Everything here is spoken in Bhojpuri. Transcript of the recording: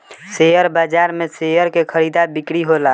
शेयर बाजार में शेयर के खरीदा बिक्री होला